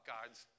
God's